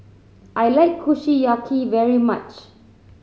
I like Kushiyaki very much